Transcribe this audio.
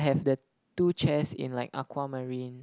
I have the two chairs in like aquamarine